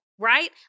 Right